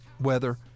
weather